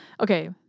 okay